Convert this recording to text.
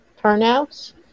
turnouts